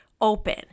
open